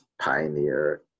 pioneer